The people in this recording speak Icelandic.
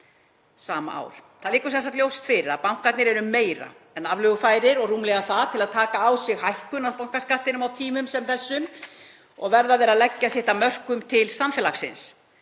Það liggur sem sagt ljóst fyrir að bankarnir eru meira en aflögufærir og rúmlega það til að taka á sig hækkun af bankaskattinum á tímum sem þessum og verða þeir að leggja sitt af mörkum til samfélagsins.